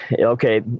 Okay